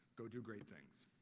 go do great things.